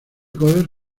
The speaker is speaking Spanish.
cover